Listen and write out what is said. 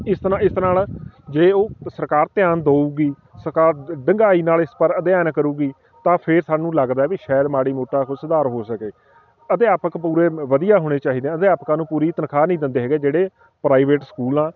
ਇਸ ਤਰਾਂ ਇਸ ਨਾਲ ਜੇ ਉਹ ਸਰਕਾਰ ਧਿਆਨ ਦਊਗੀ ਸਰਕਾਰ ਡੂੰਘਾਈ ਨਾਲ ਇਸ ਪਰ ਅਧਿਐਨ ਕਰੇਗੀ ਤਾਂ ਫਿਰ ਸਾਨੂੰ ਲੱਗਦਾ ਵੀ ਸ਼ਾਇਦ ਮਾੜੀ ਮੋਟਾ ਕੋਈ ਸੁਧਾਰ ਹੋ ਸਕੇ ਅਧਿਆਪਕ ਪੂਰੇ ਵਧੀਆ ਹੋਣੇ ਚਾਹੀਦੇ ਅਧਿਆਪਕਾਂ ਨੂੰ ਪੂਰੀ ਤਨਖਾਹ ਨਹੀਂ ਦਿੰਦੇ ਹੈਗੇ ਜਿਹੜੇ ਪ੍ਰਾਈਵੇਟ ਸਕੂਲ ਆ